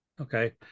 Okay